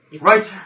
Right